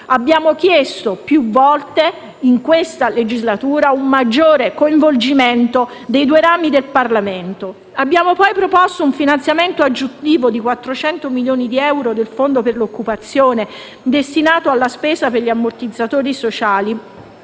abbiamo chiesto più volte, in questa legislatura, un maggiore coinvolgimento dei due rami del Parlamento. Abbiamo poi proposto un finanziamento aggiuntivo di 400 milioni di euro del Fondo per l'occupazione, destinato alla spesa per gli ammortizzatori sociali